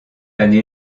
année